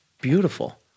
beautiful